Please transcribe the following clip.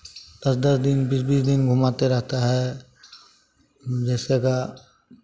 दस दस दिन बीस बीस दिन घुमाते रहता है जैसे गा